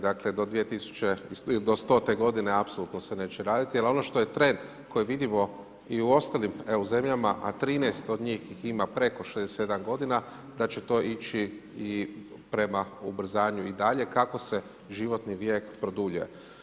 Dakle do stote godine apsolutno se neće raditi, ali ono što je trend koji vidimo i u ostalim EU zemljama, a u 13 od njih ih ima preko 67 godina, da će to ići i prema ubrzanju i dalje kako se životni vijek produljuje.